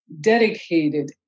dedicated